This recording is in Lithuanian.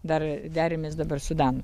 dar derimės dabar su danu